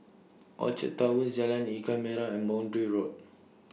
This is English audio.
Orchard Towers Jalan Ikan Merah and Boundary Road